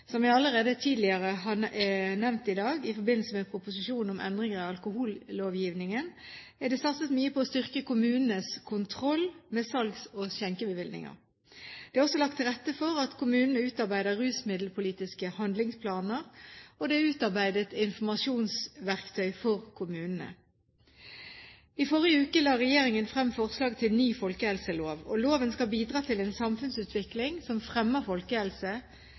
Som jeg har nevnt tidligere i dag i forbindelse med proposisjonen om endringer i alkohollovgivningen, er det satset mye på å styrke kommunenes kontroll med salgs- og skjenkebevillinger. Det er også lagt til rette for at kommunene utarbeider rusmiddelpolitiske handlingsplaner, og det er utarbeidet informasjonsverktøy for kommunene. I forrige uke la regjeringen frem forslag til en ny folkehelselov. Loven skal bidra til en samfunnsutvikling som fremmer